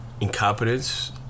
incompetence